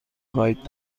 خواهید